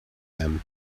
them